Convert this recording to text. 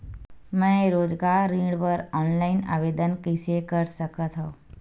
मैं रोजगार ऋण बर ऑनलाइन आवेदन कइसे कर सकथव?